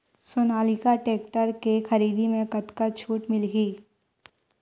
Sonalika tractor के खरीदी मा कतका छूट मीलही?